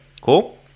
Cool